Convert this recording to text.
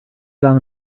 done